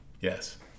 Yes